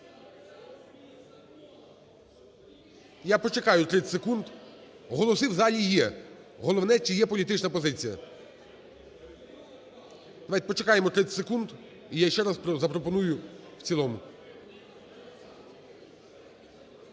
Я почекаю 30 секунд. Голоси в залі є. Головне – чи є політична позиція. Почекаємо 30 секунд, і я ще раз запропоную в цілому.